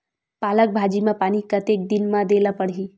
पालक भाजी म पानी कतेक दिन म देला पढ़ही?